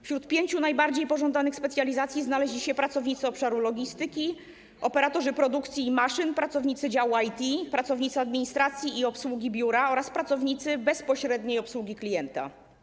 Wśród pięciu najbardziej pożądanych specjalizacji znaleźli się pracownicy obszaru logistyki, operatorzy produkcji i maszyn, pracownicy działu IT, pracownicy administracji i obsługi biura oraz pracownicy bezpośredniej obsługi klienta.